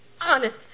honest